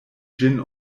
ĝin